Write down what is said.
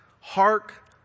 Hark